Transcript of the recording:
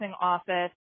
office